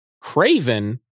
Craven